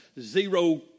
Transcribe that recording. Zero